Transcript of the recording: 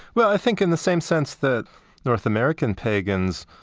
well, i think in the same sense that north american pagans,